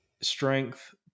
strength